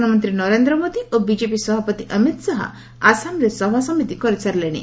ପ୍ରଧାନମନ୍ତ୍ରୀ ନରେନ୍ଦ୍ର ମୋଦି ଓ ବିକେପି ସଭାପତି ଅମିତ୍ ଶାହା ଆସାମରେ ସଭାସମିତି କରିସାରିଲେଣି